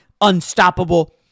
unstoppable